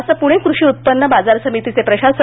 असं पुणे कृषी उत्पन्न बाजार समितीचे प्रशासक बी